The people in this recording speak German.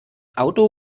auto